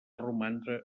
romandre